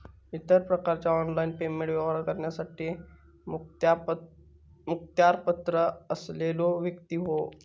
इतर प्रकारचा online payment व्यवहार करण्यासाठी मुखत्यारपत्र असलेलो व्यक्ती होवो